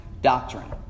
doctrine